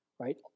right